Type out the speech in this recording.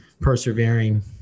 persevering